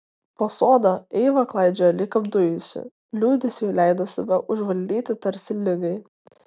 po sodą eiva klaidžiojo lyg apdujusi liūdesiui leido save užvaldyti tarsi ligai